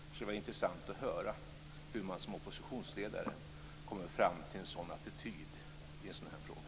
Det skulle vara intressant att höra hur man som oppositionsledare kommer fram till en sådan attityd i en sådan här fråga.